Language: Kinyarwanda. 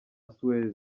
suez